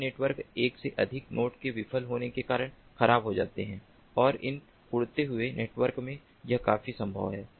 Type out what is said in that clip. ये नेटवर्क एक या अधिक नोड के विफल होने के कारण खराब हो जाते हैं और इन उड़ते हुए नेटवर्क में यह काफी संभव है